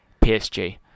PSG